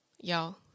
Y'all